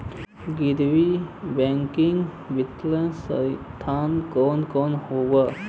गैर बैकिंग वित्तीय संस्थान कौन कौन हउवे?